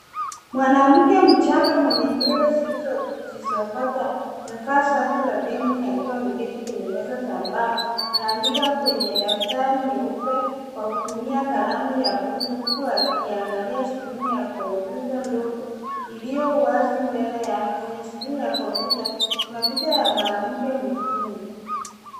Mwanamke mchanga mwenye nywele zilizojisokota amevaa shati la denim akiwa ameketi kwenye meza za mbao. Anaandika kwenye daftari nyeupe kwa kutumia kalamu ya buluu huku akiangalia skrini ya kompyuta ndogo iliyo wazi mbele yake. Kwenye skrini ya kompyuta kuna picha ya mwanamke mzungu.